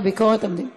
לוועדת, נעשה הצבעה.